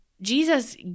Jesus